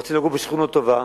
רוצים לגור בשכנות טובה?